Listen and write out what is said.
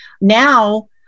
now